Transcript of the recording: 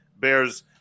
Bears